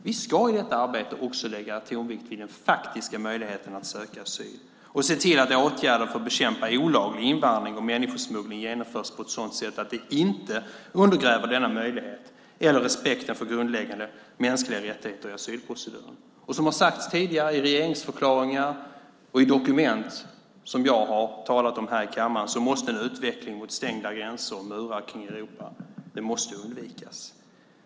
Vi ska i detta arbete också lägga tonvikt vid den faktiska möjligheten att söka asyl och se till att åtgärder för att bekämpa olaglig invandring och människosmuggling genomförs på ett sådant sätt att de inte undergräver denna möjlighet eller respekten för grundläggande mänskliga rättigheter i asylproceduren. Som har sagts tidigare i regeringsförklaringar och i dokument som jag har talat om här i kammaren måste en utveckling mot stängda gränser och murar kring Europa undvikas.